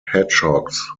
hedgehogs